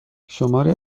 شماری